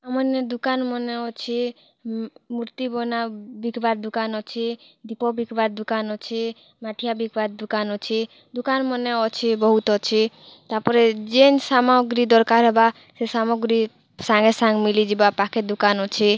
ଆମର୍ନେ ଦୁକାନ୍ମନେ ଅଛେ ମୁର୍ତ୍ତି ବନା ବିକ୍ବାର୍ ଦୁକାନ୍ ଅଛେ ଦୀପ ବିକ୍ବାର୍ ଦୁକାନ୍ ଅଛେ ମାଠିଆ ବିକ୍ବାର୍ ଦୁକାନ୍ ଅଛେ ଦୁକାନ୍ ମନେ ଅଛେ ବହୁତ୍ ଅଛେ ତାପରେ ଯେନ୍ ସାମଗ୍ରୀ ଦର୍କାର୍ ହେବା ସେ ସାମଗ୍ରୀ ସାଙ୍ଗେ ସାଙ୍ଗ୍ ମିଲିଯିବା ପାଖେ ଦୁକାନ୍ ଅଛେ